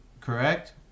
correct